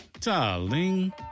darling